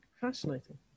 fascinating